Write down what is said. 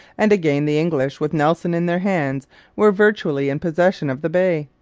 and, again, the english with nelson in their hands were virtually in possession of the bay.